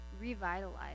revitalize